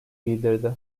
bildirdi